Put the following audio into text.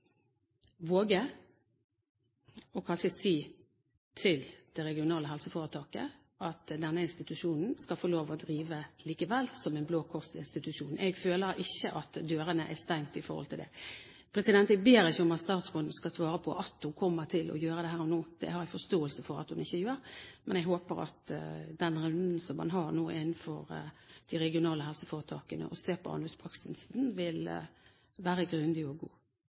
våge å si til det regionale helseforetaket at denne institusjonen likevel skal få lov til å drive som en Blå Kors-institusjon. Jeg føler ikke at dørene er stengt i forhold til dette. Jeg ber ikke om at statsråden her og nå skal svare at hun kommer til å gjøre det, det har jeg forståelse for at hun ikke gjør. Men jeg håper at den runden man nå har innenfor de regionale helseforetakene, der man ser på anbudspraksisen, vil være grundig og god.